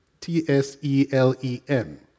T-S-E-L-E-M